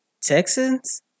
Texans